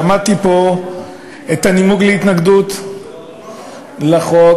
שמעתי פה את הנימוק להתנגדות לחוק,